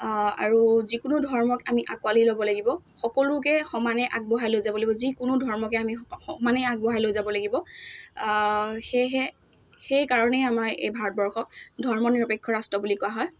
আৰু যিকোনো ধৰ্মক আমি আঁকোৱালি ল'ব লাগিব সকলোকে সমানে আগবঢ়াই লৈ যাব লাগিব যিকোনো ধৰ্মকে আমি সমানেই আগবঢ়াই লৈ যাব লাগিব সেয়েহে সেইকাৰণেই আমাৰ এই ভাৰতবৰ্ষক ধৰ্ম নিৰপেক্ষ ৰাষ্ট্ৰ বুলি কোৱা হয়